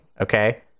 okay